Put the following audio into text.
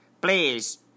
Please